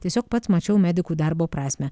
tiesiog pats mačiau medikų darbo prasmę